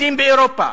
באירופה.